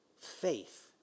faith